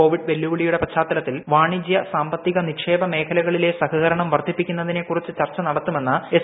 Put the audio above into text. Covid വെല്ലുവിളിയുടെ പശ്ചാത്തലത്തിൽ വാണിജ്യ സാമ്പത്തിക നിക്ഷേപ മേഖലകളിലെ സഹകരണം വർദ്ധിപ്പിക്കുന്നതിനെ കുറിച്ച് ചർച്ച നടത്തുമെന്ന് എസ്